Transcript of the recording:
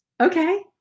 Okay